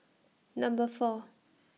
Number four